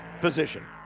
position